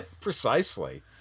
precisely